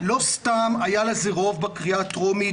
לא סתם היה לזה רוב בקריאה הטרומית,